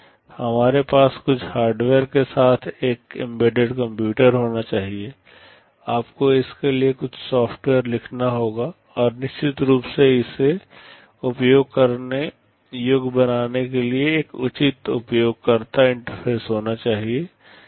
हमारे पास कुछ हार्डवेयर के साथ एक एम्बेडेड कंप्यूटर होना चाहिए आपको इसके लिए कुछ सॉफ़्टवेयर लिखना होगा और निश्चित रूप से इसे उपयोग करने योग्य बनाने के लिए एक उचित उपयोगकर्ता इंटरफ़ेस होना चाहिए